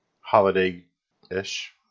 holiday-ish